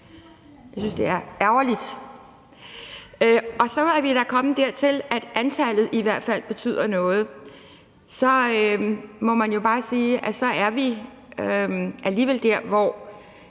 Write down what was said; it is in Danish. Jeg synes, at det er ærgerligt. Nu er vi da kommet dertil, at man siger, at antallet i hvert fald betyder noget. Alligevel må man jo bare sige, at vi er der, hvor